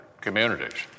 communities